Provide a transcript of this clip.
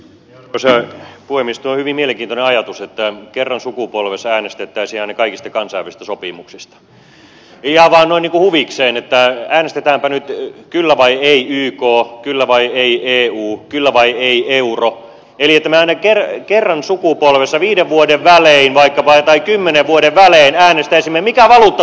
tuo on hyvin mielenkiintoinen ajatus että kerran sukupolvessa äänestettäisiin aina kaikista kansainvälisistä sopimuksista ihan vain noin niin kuin huvikseen että äänestetäänpä nyt kyllä vai ei yk kyllä vai ei eu kyllä vai ei euro eli että me aina kerran sukupolvessa vaikkapa viiden vuoden välein tai kymmenen vuoden välein äänestäisimme mikä valuutta suomelle tulee